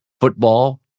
Football